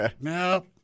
No